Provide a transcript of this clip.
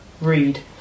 read